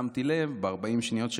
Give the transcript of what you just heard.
ב-40 שניות שנותרו לי,